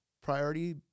priority